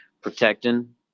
protecting